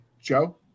Joe